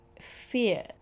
fear